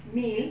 meal